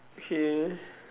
K